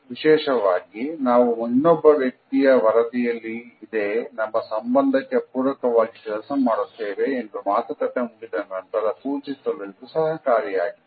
ವಿಶೇಷವಾಗಿ ನಾವು ಇನ್ನೊಬ್ಬ ವ್ಯಕ್ತಿಯ ವರದಿಯಲ್ಲಿದೆ ನಮ್ಮ ಸಂಬಂಧಕ್ಕೆ ಪೂರಕವಾಗಿ ಕೆಲಸ ಮಾಡುತ್ತೇವೆ ಎಂದು ಮಾತುಕತೆ ಮುಗಿದ ನಂತರ ಸೂಚಿಸಲು ಇದು ಸಹಕಾರಿಯಾಗಿದೆ